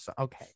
okay